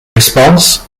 response